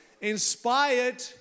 Inspired